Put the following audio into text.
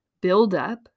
buildup